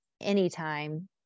anytime